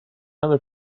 other